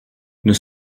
nous